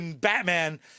batman